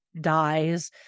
dies